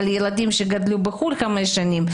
אבל ילדים שגדלו בחו"ל חמש שנים,